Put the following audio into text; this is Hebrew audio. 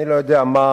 אני לא יודע מה